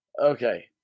Okay